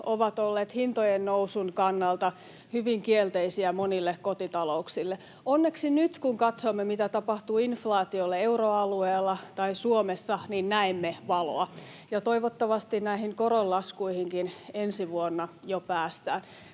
ovat olleet hintojen nousun kannalta hyvin kielteisiä monille kotitalouksille. Onneksi nyt, kun katsomme, mitä tapahtuu inflaatiolle euroalueella tai Suomessa, näemme valoa. Toivottavasti ensi vuonna jo päästään